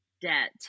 debt